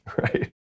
right